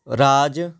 ਰਾਜ